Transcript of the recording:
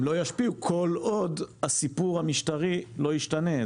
הם לא ישפיעו כל עוד הסיפור המשטרי לא ישתנה.